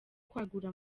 kwagura